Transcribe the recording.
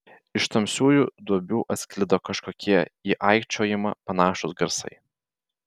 iš tamsiųjų duobių atsklido kažkokie į aikčiojimą panašūs garsai